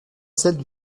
celles